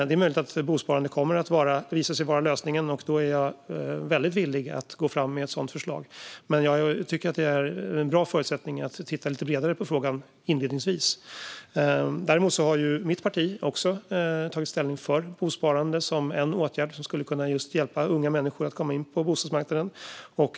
Det är möjligt att bosparande kommer att visa sig vara lösningen, och då är jag väldigt villig att gå fram med ett sådant förslag. Men jag tycker att det är en bra förutsättning om man inledningsvis tittar lite bredare på frågan. Mitt parti däremot har tagit ställning för bosparande som en åtgärd som skulle kunna hjälpa just unga människor att komma in på bostadsmarknaden.